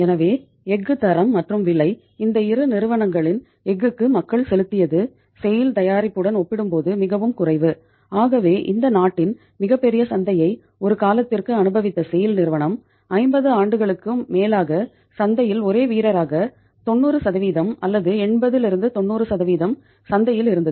எனவே எஃகு தரம் மற்றும் விலை இந்த 2 நிறுவனங்களின் எஃகுக்கு மக்கள் செலுத்தியது செய்ல் நிறுவனம் 50 ஆண்டுகளுக்கும் மேலாக சந்தையில் ஒரே வீரராக 90 அல்லது 80 90 சந்தையில் இருந்தது